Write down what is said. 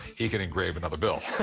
he can engrave another bill.